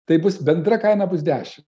tai bus bendra kaina bus dešim